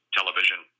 television